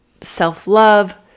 self-love